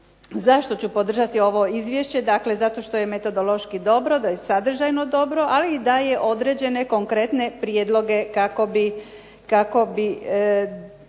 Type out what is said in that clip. zašto ću podržati ovo izvješće, dakle zato što je metodološki dobro, da je sadržajno dobro, ali i daje određene konkretne prijedloge kako bi